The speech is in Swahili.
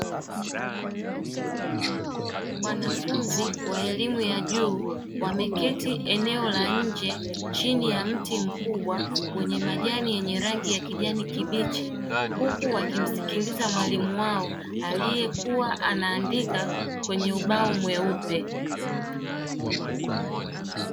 Wanafunzi wa elimu ya juu wameketi eneo la nje chini ya mti mkubwa wenye majani yenye rangi ya kijani kibichi. Huku wakimsikiliza mwalimu wao aliyekuwa anaandika kwenye ubao mweupe.